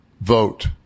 vote